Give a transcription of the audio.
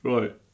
Right